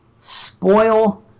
spoil